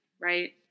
right